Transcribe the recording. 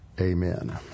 Amen